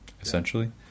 essentially